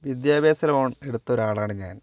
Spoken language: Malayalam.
വിദ്യാഭ്യാസ ലോൺ എടുത്തൊരാളാണ് ഞാൻ